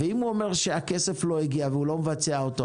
אם הוא אומר שהכסף לא הגיע והוא לא מבצע אותו,